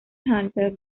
hunter